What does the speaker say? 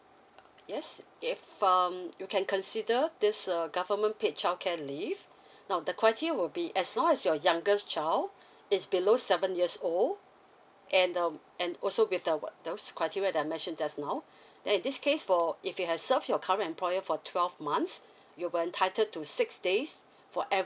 yes if um you can consider this err government paid childcare leave now the criteria will be as long as your youngest child is below seven years old and um and also with the those criteria that I mentioned just now then in this case for if you have serve your current employer for twelve months you will entitled to six days for every